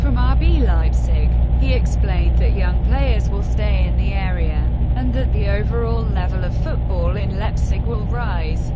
from ah rb leipzig. he explained that young players will stay in the area and that the overall level of football in lepzig will rise.